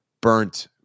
burnt